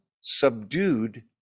subdued